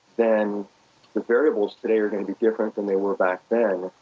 then the variables today are going to be different than they were back then.